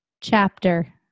Chapter